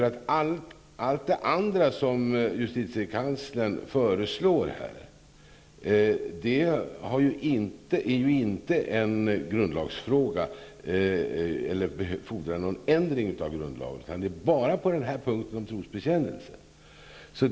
Allt annat som justitiekanslern har föreslagit utgör inte en grundlagsfråga eller fordrar någon ändring av grundlagen. Det gäller bara denna punkt om trosbekännelse.